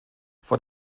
vor